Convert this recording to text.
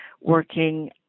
working